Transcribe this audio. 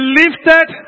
lifted